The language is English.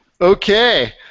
Okay